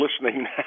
listening